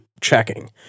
checking